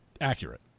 accurate